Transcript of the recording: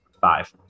five